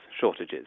shortages